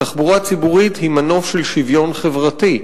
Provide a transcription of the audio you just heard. תחבורה ציבורית היא מנוף של שוויון חברתי,